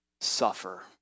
suffer